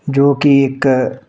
ਜੋ ਕਿ ਇੱਕ